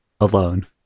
alone